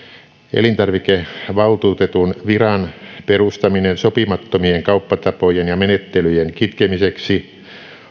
elintarvikevaltuutetun viran perustaminen sopimattomien kauppatapojen ja menettelyjen kitkemiseksi